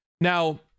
Now